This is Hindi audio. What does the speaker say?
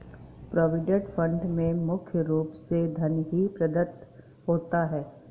प्रोविडेंट फंड में मुख्य रूप से धन ही प्रदत्त होता है